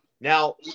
Now